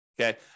Okay